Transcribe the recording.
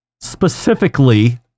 specifically